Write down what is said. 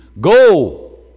Go